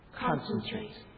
concentrate